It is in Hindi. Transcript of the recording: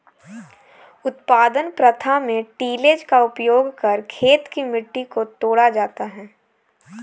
उत्पादन प्रथा में टिलेज़ का उपयोग कर खेत की मिट्टी को तोड़ा जाता है